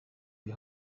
die